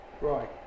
Right